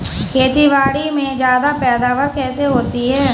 खेतीबाड़ी में ज्यादा पैदावार कैसे होती है?